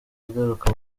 igaruka